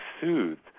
soothed